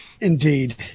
Indeed